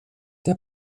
der